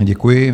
Děkuji.